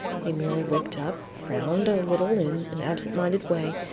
he merely looked up, frowned a little in an absent-minded way,